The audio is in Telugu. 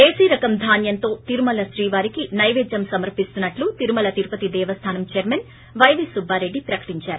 దేశీ రకం ధాన్వంతో తిరుమల శ్రీవారికి సైపేద్యం సమర్పిస్తున్నట్లు తిరుమల తిరుపతి దేవస్థానం చైర్మన్ పైవీ సుబ్బారెడ్డి ప్రకటించారు